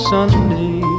Sunday